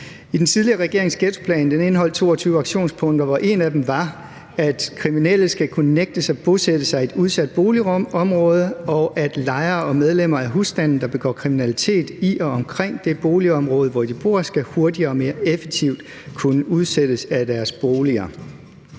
Den tidligere regerings ghettoplan indeholdt 22 aktionspunkter, hvor et af dem var, at kriminelle skal kunne nægtes at bosætte sig i et udsat boligområde, og at lejere og medlemmer af husstanden, der begår kriminalitet i og omkring det boligområde, hvor de bor, hurtigere og mere effektivt skal kunne udsættes af deres boliger.